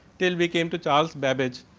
tell we came to chales babbage,